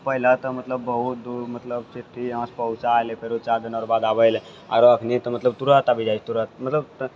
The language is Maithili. पहिलऽ तऽ मतलब बहुत दूर मतलब चिट्ठी इहाँसँ पहुँचा अएलै फेरो चारि दिन आओर बाद अबै लऽ आओर एखन तऽ मतलब तुरन्त आबि जाइ हइ तुरन्त मतलब तऽ